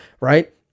right